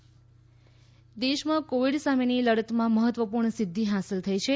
Covid દેશમાં Covid સામેની લડતમાં મહત્વપૂર્ણ સિદ્ધિ હાંસલ થઈ છે